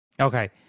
Okay